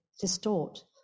distort